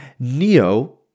Neo